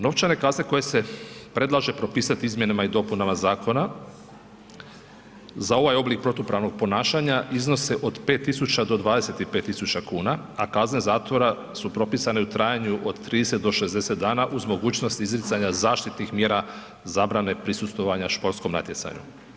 Novčane kazne koje se predlažu propisati izmjenama i dopunama zakona za ovaj oblik protupravnog ponašanja iznose od 5 tisuća do 25 tisuća kuna, a kazne zatvora su propisane u trajanju od 30 do 60 dana uz mogućnost izricanja zaštitnih mjera zabrane prisustvovanja športskom natjecanju.